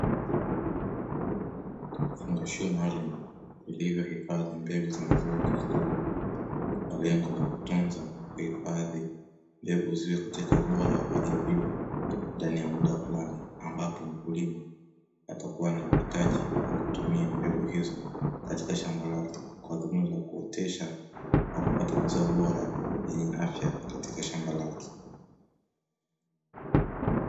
Vifungashio maalumu vilivyo hifadhi mbegu za mazao ya kilimo kwa lengo la kutunza na kuzihifadhi mbegu, ziweze katika ubora wa hali ya juu ndani ya muda fulani ambapo mkulima atakuwa na uhitaji wa kutumia mbegu hizo katika shamba lake, kwa dhumuni ya kuotesha na kupata mazao bora yenye afya katika shamba lake.